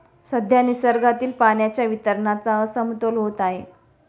सध्या निसर्गातील पाण्याच्या वितरणाचा असमतोल होत आहे